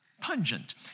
Pungent